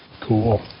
Cool